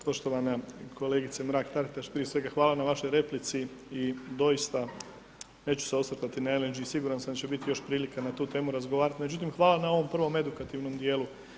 Poštovana kolegice Mrak Taritaš, prije svega, hvala na vašoj replici i doista, neću se osvrtati na LNG, siguran sam da će biti još prilika na tu temu razgovarat, međutim, hvala na ovom prvom edukativnom dijelu.